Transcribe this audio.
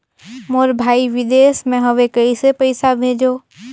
मोर भाई विदेश मे हवे कइसे पईसा भेजो?